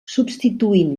substituint